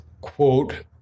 quote